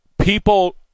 people